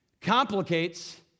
complicates